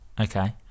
okay